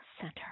center